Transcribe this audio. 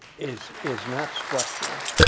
is is not structural.